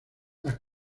las